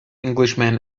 englishman